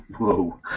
whoa